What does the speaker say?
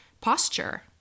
posture